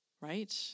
right